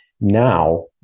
Now